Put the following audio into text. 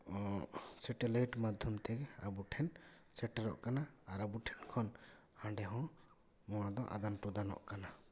satellite ᱢᱟᱫᱽᱫᱷᱚᱢ ᱛᱮᱜᱮ ᱟᱵᱚ ᱴᱷᱮᱱ ᱥᱮᱴᱮᱨᱚᱜ ᱠᱟᱱᱟ ᱟᱨ ᱟᱵᱚ ᱴᱷᱮᱱ ᱠᱷᱚᱱ ᱦᱟᱰᱮᱸ ᱦᱚᱸ ᱱᱚᱣᱟ ᱫᱚ ᱟᱫᱟᱱ ᱯᱨᱚᱫᱟᱱᱚᱜ ᱠᱟᱱᱟ